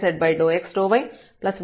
Glossary S